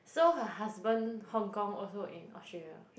so her husband Hong-Kong also in Australia